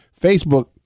Facebook